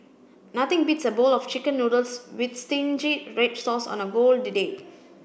nothing beats a bowl of chicken noodles with stingy red sauce on a cold day